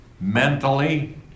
mentally